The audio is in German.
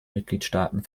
mitgliedsstaaten